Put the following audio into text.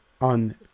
on